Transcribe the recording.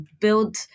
build